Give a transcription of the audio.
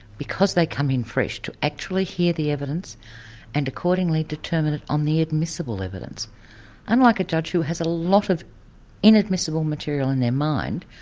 because they come in fresh, to actually hear the evidence and accordingly determine it on the admissible evidence unlike a judge who has a lot of inadmissible material in their mind,